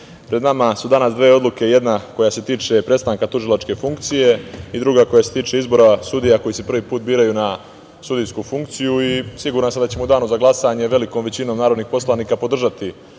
pred nama su danas dve odluke, jedna koja se tiče prestanka tužilačke funkcije i druga koja se tiče izbora sudija koji se prvi put biraju na sudijsku funkciju i siguran sam da ćemo u danu za glasanje velikom većinom narodnih poslanika podržati